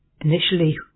Initially